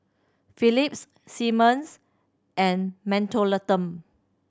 Phillips Simmons and Mentholatum